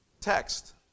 text